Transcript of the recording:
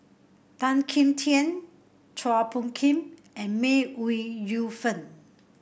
Tan Kim Tian Chua Phung Kim and May Ooi Yu Fen